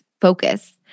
focus